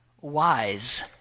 wise